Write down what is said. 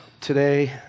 today